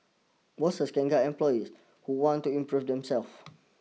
bosses can guide employees who want to improve themselves